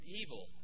evil